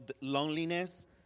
loneliness